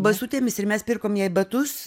basutėmis ir mes pirkom jai batus